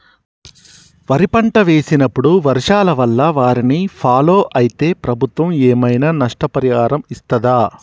వరి పంట వేసినప్పుడు వర్షాల వల్ల వారిని ఫాలో అయితే ప్రభుత్వం ఏమైనా నష్టపరిహారం ఇస్తదా?